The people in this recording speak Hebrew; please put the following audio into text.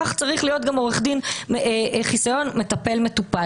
כך צריך להיות גם חיסיון מטפל מטופל.